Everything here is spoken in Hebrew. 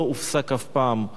לא הופסק אף פעם.